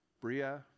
Bria